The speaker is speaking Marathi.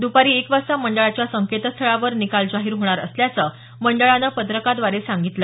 दुपारी एक वाजता मंडळाच्या संकेतस्थळावर निकाल जाहीर होणार असल्याचं मंडळानं पत्रकाद्वारे सांगितलं